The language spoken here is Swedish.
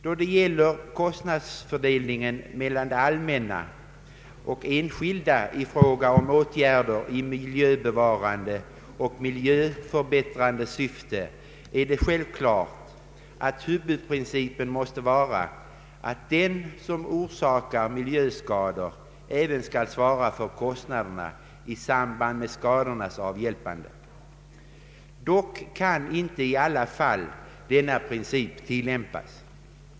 Då det gäller kostnadsfördelning mellan det allmänna och enskilda i fråga om åtgärder i miljöbevarande och miljöförbättrande syfte är det självklart att huvudprincipen måste vara att den som orsakar miljöskador även skall svara för kostnaderna i samband med skadornas avhjälpande. Dock kan inte i alla fall denna princip tillämpas.